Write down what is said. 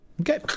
Okay